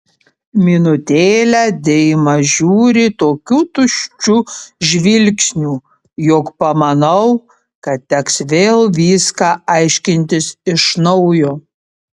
minutėlę deima žiūri tokiu tuščiu žvilgsniu jog pamanau kad teks vėl viską aiškinti iš naujo